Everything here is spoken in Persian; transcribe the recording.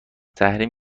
تحریم